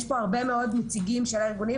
יש פה הרבה מאוד נציגים של הארגונים